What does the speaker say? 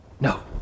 No